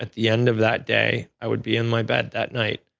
the end of that day, i would be in my bed that night.